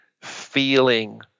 feeling